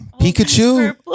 Pikachu